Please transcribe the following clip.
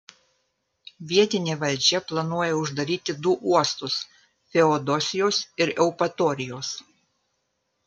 vietinė valdžia planuoja uždaryti du uostus feodosijos ir eupatorijos